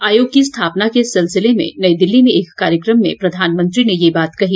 आयेाग की स्थापना के सिलसिले में नई दिल्ली में एक कार्यक्रम में प्रधानमंत्री ने ये बात कही